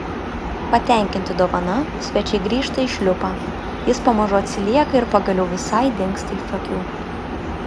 patenkinti dovana svečiai grįžta į šliupą jis pamažu atsilieka ir pagaliau visai dingsta iš akių